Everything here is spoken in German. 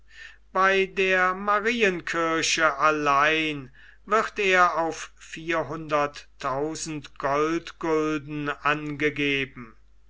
bei der marienkirche allein wird er auf vierhunderttausend goldgulden angegeben